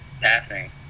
passing